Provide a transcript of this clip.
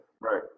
right